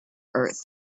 earth